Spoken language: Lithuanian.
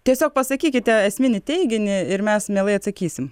tiesiog pasakykite esminį teiginį ir mes mielai atsakysim